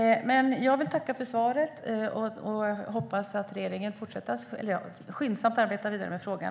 Jag vill tacka för svaren. Jag hoppas att regeringen skyndsamt arbetar vidare med frågan.